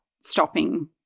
stopping